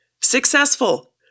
Successful